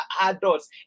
adults